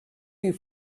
you